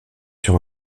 sur